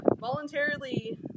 voluntarily